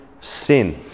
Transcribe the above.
sin